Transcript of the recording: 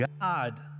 God